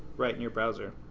right in your browser,